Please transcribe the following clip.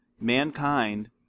mankind